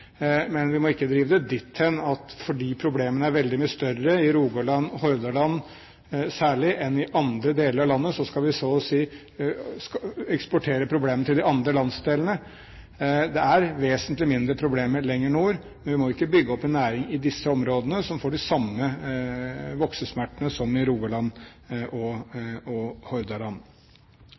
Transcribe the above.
Men vi må ikke drive det dit hen at fordi problemene er veldig mye større i Rogaland og Hordaland, særlig, enn i andre deler av landet, skal vi så å si eksportere problemene til de andre landsdelene. Det er vesentlig mindre problemer lenger nord, men vi må ikke bygge opp en næring i disse områdene som får de samme voksesmertene som i Rogaland og Hordaland.